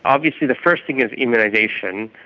obviously the first thing is immunisation.